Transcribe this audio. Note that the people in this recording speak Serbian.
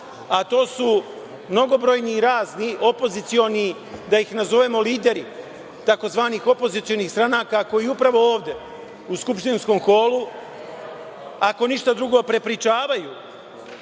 a to su mnogobrojni i razni opozicioni, da ih nazovemo lideri, takozvanih opozicionih stranaka koji upravo ovde u skupštinskom holu, ako ništa drugo, prepričavaju